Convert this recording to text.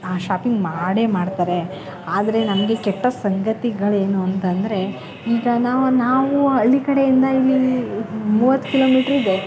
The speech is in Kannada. ಶಾಪಿಂಗ್ ಮಾಡಿಯೇ ಮಾಡ್ತಾರೆ ಆದರೆ ನಮಗೆ ಕೆಟ್ಟ ಸಂಗತಿಗಳು ಏನು ಅಂತ ಅಂದ್ರೆ ಈಗ ನಾವು ನಾವೂ ಹಳ್ಳಿ ಕಡೆಯಿಂದ ಇಲ್ಲಿ ಮೂವತ್ತು ಕಿಲೋಮೀಟ್ರ್ ಇದೆ